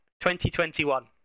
2021